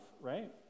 right